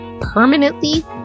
permanently